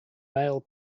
male